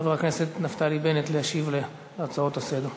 חבר הכנסת נפתלי בנט להשיב על ההצעות לסדר-היום.